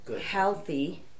healthy